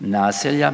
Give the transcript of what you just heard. naselja